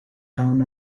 town